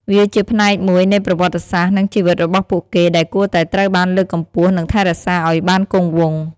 វាជាផ្នែកមួយនៃប្រវត្តិសាស្រ្ត និងជីវិតរបស់ពួកគេដែលគួរតែត្រូវបានលើកកម្ពស់និងថែរក្សាឲ្យបានគង់វង្ស។